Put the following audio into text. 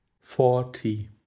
forty